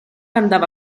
andava